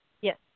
Yes